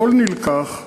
הכול נלקח.